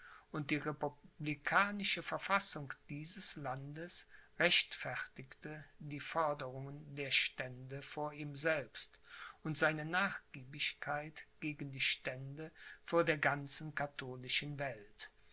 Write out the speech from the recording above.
und die republikanische verfassung dieses landes rechtfertigte die forderungen der stände vor ihm selbst und seine nachgiebigkeit gegen die stände vor der ganzen katholischen welt